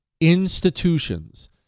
institutions